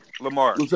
Lamar